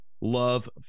love